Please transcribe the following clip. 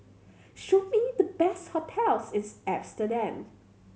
show me the best hotels in Amsterdam